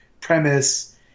premise